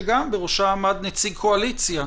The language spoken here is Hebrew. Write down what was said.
שבראשה עמד נציג קואליציה,